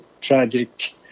tragic